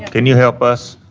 can you help us?